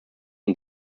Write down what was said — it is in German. ihn